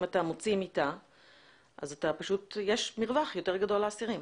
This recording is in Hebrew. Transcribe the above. אם אתה מוציא מיטה אז יש מרווח גדול יותר לאסירים.